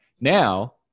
now